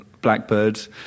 Blackbirds